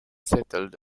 settled